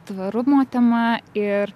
tvarumo tema ir